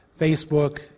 Facebook